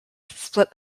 split